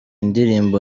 indirimbo